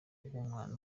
bw’umwana